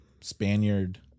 Spaniard